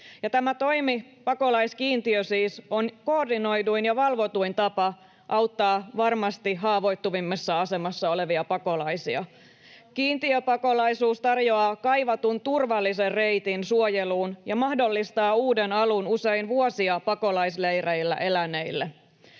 Tämä toimi, siis pakolaiskiintiö, on koordinoiduin ja valvotuin tapa auttaa varmasti haavoittuvimmassa asemassa olevia pakolaisia. Kiintiöpakolaisuus tarjoaa kaivatun turvallisen reitin suojeluun ja mahdollistaa uuden alun usein vuosia pakolaisleireillä eläneille.